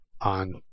on